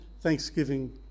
thanksgiving